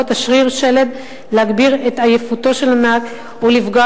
הם חשופים לגורמים אקלימיים המזיקים